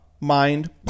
Mind